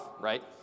right